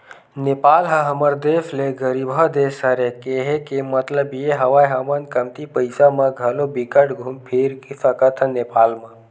नेपाल ह हमर देस ले गरीबहा देस हरे, केहे के मललब ये हवय हमन कमती पइसा म घलो बिकट घुम फिर सकथन नेपाल म